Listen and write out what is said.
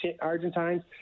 Argentines